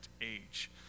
age